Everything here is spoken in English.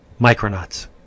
Micronauts